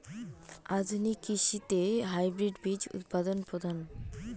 আধুনিক কৃষিতে হাইব্রিড বীজ উৎপাদন প্রধান